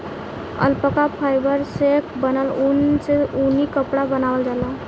alpaca fibre से बनल ऊन से ऊनी कपड़ा बनावल जाला